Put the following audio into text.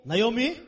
Naomi